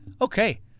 Okay